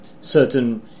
certain